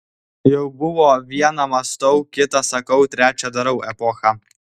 jau buvo viena mąstau kita sakau trečia darau epocha